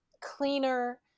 cleaner